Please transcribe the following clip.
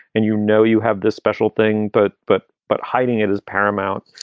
and, you know, you have this special thing. but but but hiding it is paramount.